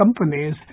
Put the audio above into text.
companies